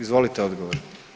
Izvolite odgovor.